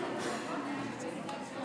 החינוך יואב קיש: